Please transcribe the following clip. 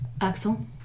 Axel